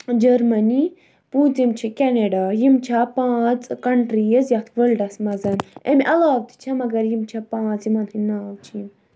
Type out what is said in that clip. Germany پونٛژِم چھِ Canada یِم چھےٚ پانٛژھ کَنٹرٛیٖز یَتھ وٲلڑس منٛز امہِ علاوٕ تہِ چھےٚ مگر یِم چھےٚ پانٛژھ یِمَن ہِنٛدۍ ناو چھِ یِم